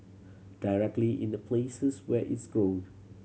directly in the places where its grown